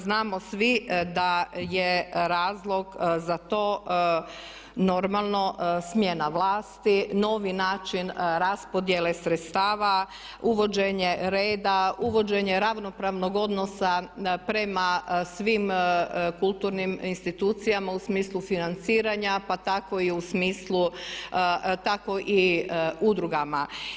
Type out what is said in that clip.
Znamo svi da je razlog za to normalno smjena vlasti, novi način raspodjele sredstava, uvođenje reda, uvođenje ravnopravnog odnosa prema svim kulturnim institucijama u smislu financiranja pa tako i u smislu, tako i u udrugama.